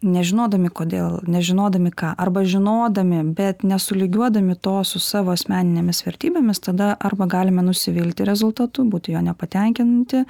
nežinodami kodėl nežinodami ką arba žinodami bet nesulygiuodami to su savo asmeninėmis vertybėmis tada arba galime nusivilti rezultatu būti juo nepatenkinti